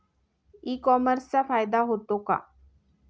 E कॉमर्सचा फायदा होतो का?